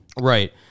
Right